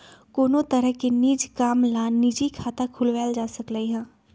कोनो तरह के निज काम ला निजी खाता खुलवाएल जा सकलई ह